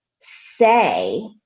say